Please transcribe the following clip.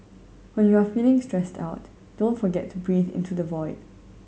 when you are feeling stressed out don't forget to breathe into the void